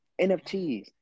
NFTs